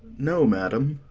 no, madam.